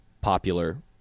popular